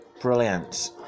Brilliant